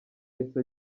yahise